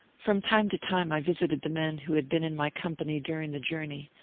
from time to time i visited the men who had been in my company during the journey,